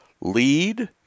lead